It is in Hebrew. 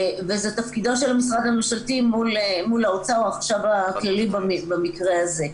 וזה תפקידו של המשרד הממשלתי מול האוצר או החשב הכללי במקרה הזה.